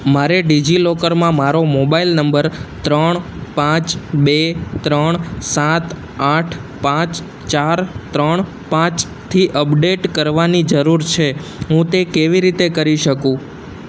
મારે ડિજિલોકરમાં મારો મોબાઈલ નંબર ત્રણ પાંચ બે ત્રણ સાત આઠ પાંચ ચાર ત્રણ પાંચથી અપડેટ કરવાની જરૂર છે હું તે કેવી રીતે કરી શકું